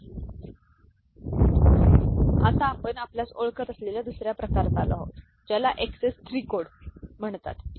Bn Gn Bi Bi1 ⊕ Gi for i n आता आपण आपल्यास ओळखत असलेल्या दुसर्या प्रकारात आलो आहोत ज्याला XS 3 3 कोड म्हणतात